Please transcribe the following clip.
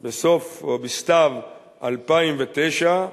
בסתיו 2009,